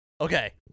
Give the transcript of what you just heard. Okay